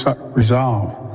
resolve